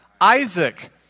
Isaac